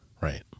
right